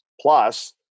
plus